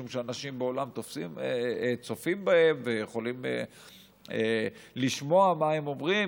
משום שאנשים בעולם צופים בהם ויכולים לשמוע מה הם אומרים,